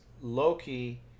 Loki